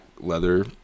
leather